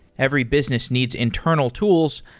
every business needs internal tools,